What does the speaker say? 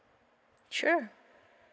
sure